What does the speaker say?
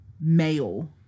male